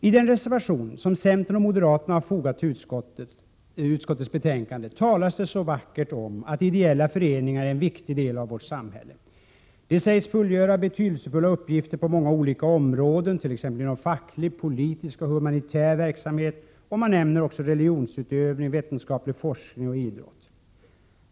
I den reservation som centern och moderaterna har fogat till utskottets betänkande talas det så vackert om att ideella föreningar är en viktig del av vårt samhälle. De sägs fullgöra betydelsefulla uppgifter på många olika områden, t.ex. inom facklig, politisk och humanitär verksamhet, och man nämner också religionsutövning, vetenskaplig forskning och idrott.